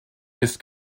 ist